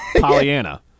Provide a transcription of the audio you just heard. Pollyanna